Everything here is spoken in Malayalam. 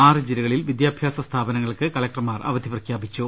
ആറ് ജില്ലകളിൽ വിദ്യാഭ്യാസ സ്ഥാപനങ്ങൾക്ക് കലക്ടർമാർ അവധി പ്രഖ്യാപിച്ചു